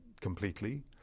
completely